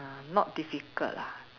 ah not difficult lah